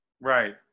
right